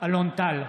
אלון טל,